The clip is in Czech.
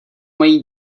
mají